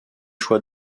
choix